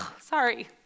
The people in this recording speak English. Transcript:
sorry